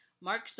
Mark